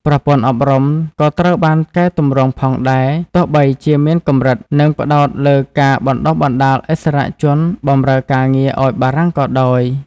ប្រព័ន្ធអប់រំក៏ត្រូវបានកែទម្រង់ផងដែរ ទោះបីជាមានកម្រិត និងផ្តោតលើការបណ្ដុះបណ្ដាលឥស្សរជនបម្រើការងារឱ្យបារាំងក៏ដោយ។